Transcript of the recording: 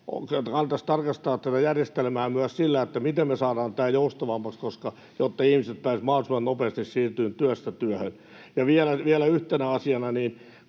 kannattaisi tarkastaa tätä järjestelmää myös siltä osin, miten me saadaan tämä joustavammaksi, jotta ihmiset pääsisivät mahdollisimman nopeasti siirtymään työstä työhön. Ja vielä yhtenä asiana: